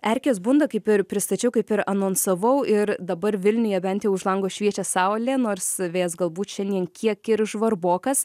erkės bunda kaip ir pristačiau kaip ir anonsavau ir dabar vilniuje bent jau už lango šviečia saulė nors vėjas galbūt šiandien kiek ir žvarbokas